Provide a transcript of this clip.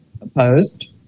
Opposed